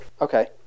Okay